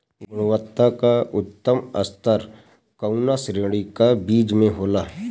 गुणवत्ता क उच्चतम स्तर कउना श्रेणी क बीज मे होला?